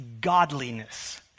godliness